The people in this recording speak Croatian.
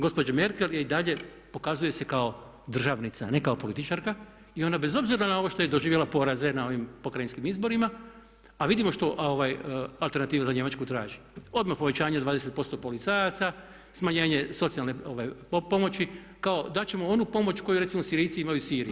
Gospođa Merkel i dalje pokazuje se kao državnica, a ne kao političarka i ona bez obzira na ono što je doživjela poraze na ovim pokrajinskim izborima, a vidimo što alternativa za Njemačku traži odmah povećanje 20% policajaca, smanjenje socijalne pomoći kao dat ćemo onu pomoć koju recimo Sirijci imaju u Siriji.